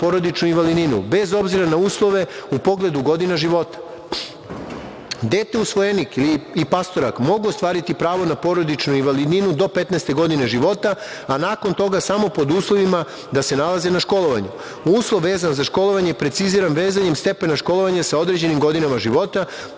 porodičnu invalidninu, bez obzira na uslove, u pogledu godina života. Dete usvojenik ili i pastorak mogu ostvariti pravo na porodičnu invalidninu do 15 godine života, a nakon toga, samo pod uslovima da se nalaze na školovanju. Uslov vezan za školovanje je preciziran, vezanjem stepena školovanja sa određenim godinama života,